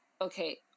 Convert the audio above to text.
okay